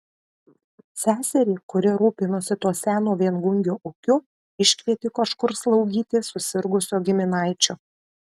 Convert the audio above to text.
seserį kuri rūpinosi to seno viengungio ūkiu iškvietė kažkur slaugyti susirgusio giminaičio